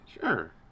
Sure